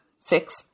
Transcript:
six